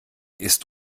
ist